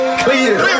clear